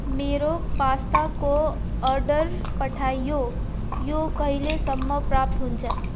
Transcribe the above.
मेरो पास्ताको अर्डर पठाइयो यो कहिलेसम्म प्राप्त हुन्छ